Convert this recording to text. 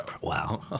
Wow